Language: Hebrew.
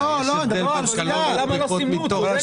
לשתייה, יש הבדל בין קלוריות ריקות מתוכן.